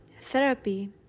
therapy